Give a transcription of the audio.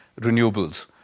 renewables